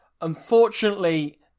Unfortunately